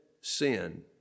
sin